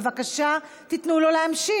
בבקשה תיתנו לו להמשיך.